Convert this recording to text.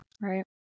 right